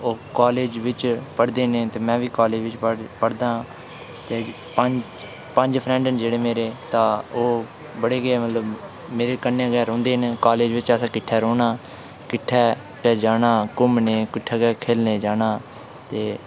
ओह् कॉलेज बिच पढ़दे न ते में बी कॉलेज बिच पढ़दा आं पंज पंज फ्रेंड न जेह्ड़े मेरे ओह् बड़े गै मेरे मतलब मेरे कन्नै गै रौहंदे न कॉलेज बिच असें किट्ठे रौह्ना किट्ठे जाना घुम्मने गी किट्ठे गै खेढने गी जाना ते